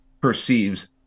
perceives